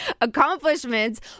accomplishments